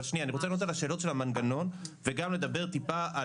אבל אני רוצה לענות על השאלות של המנגנון וגם לדבר טיפה,